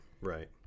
right